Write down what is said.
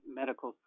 medical